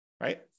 right